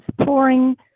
pouring